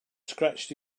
scratched